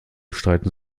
streiten